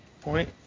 point